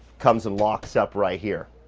comes and locks up right here